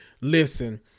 Listen